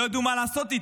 לא ידעו מה לעשות איתו.